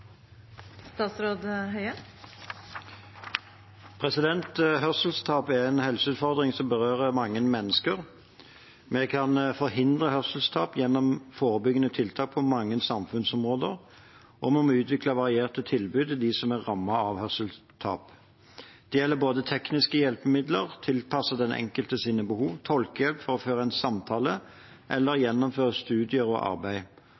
en helseutfordring som berører mange mennesker. Vi kan forhindre hørselstap gjennom forebyggende tiltak på mange samfunnsområder, og vi må utvikle varierte tilbud til dem som er rammet av hørselstap. Det gjelder både tekniske hjelpemidler tilpasset den enkeltes behov, tolkehjelp for å føre en samtale eller gjennomføre studier og arbeid